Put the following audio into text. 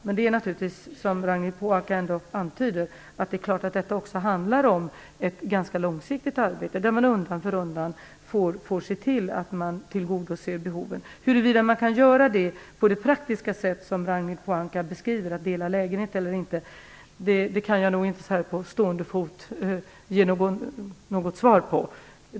Men naturligtvis handlar det om ett ganska långsiktigt arbete, som Ragnhild Pohanka antyder, där man undan för undan får se till att tillgodose behoven. Huruvida man kan göra det på det praktiska sätt som Ragnhild Pohanka beskriver, att dela lägenhet eller inte, kan jag inte så här på stående fot ge något svar på.